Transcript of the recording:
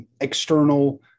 external